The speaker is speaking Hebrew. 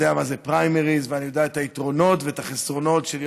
הוא יודע איך זה פה ואיך זה פה.